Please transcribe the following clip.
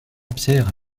pierre